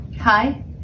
Hi